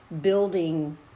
building